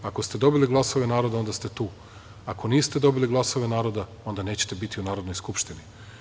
Ako ste dobili glasove naroda, onda ste tu, ako niste dobili glasove naroda, onda nećete biti u Narodnoj skupštini.